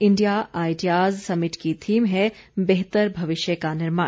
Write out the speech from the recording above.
India ideas summit की theme है बेहतर भविष्य का निर्माण